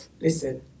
listen